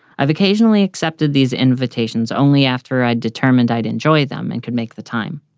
i've occasionally accepted these invitations only after i'd determined i'd enjoy them and could make the time.